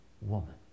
woman